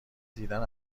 دیدن